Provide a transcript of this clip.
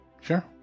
Sure